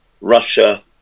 Russia